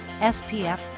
SPF